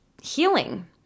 healing